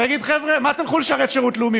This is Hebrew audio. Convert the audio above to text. הוא יגיד: חבר'ה, מה תלכו לשרת שירות לאומי?